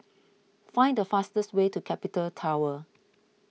find the fastest way to Capital Tower